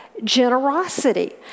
generosity